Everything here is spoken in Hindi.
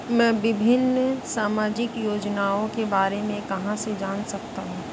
मैं विभिन्न सामाजिक योजनाओं के बारे में कहां से जान सकता हूं?